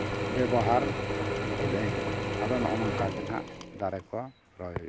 ᱵᱮᱵᱚᱦᱟᱨ ᱤᱫᱟᱹᱧ ᱟᱫᱚ ᱱᱚᱜᱼᱚ ᱱᱚᱝᱠᱟᱜᱮ ᱱᱟᱜ ᱫᱟᱨᱮ ᱠᱚ ᱨᱚᱦᱚᱭ